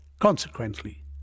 Consequently